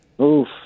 Oof